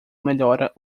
melhora